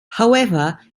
however